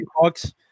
bucks